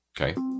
Okay